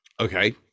Okay